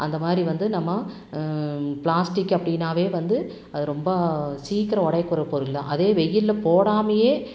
அந்த மாதிரி வந்து நம்ம பிளாஸ்டிக் அப்படினாவே வந்து அது ரொம்ப சீக்கிரம் உடைய கூடிய பொருள் தான் அதே வெயிலில் போடாமல்